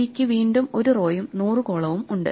സിക്ക് വീണ്ടും 1 റോയും 100 കോളവും ഉണ്ട്